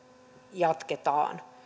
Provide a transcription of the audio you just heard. jatketaan